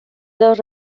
dos